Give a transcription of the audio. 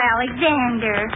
Alexander